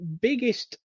biggest